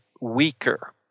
weaker